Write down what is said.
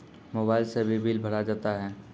Mobile से भी bill भरा जाता हैं?